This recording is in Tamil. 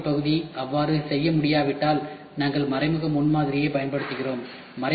சேர்க்கை உற்பத்தி பகுதி அவ்வாறு செய்ய முடியாவிட்டால் நாங்கள் மறைமுக முன்மாதிரிகளைப் பயன்படுத்துகிறோம்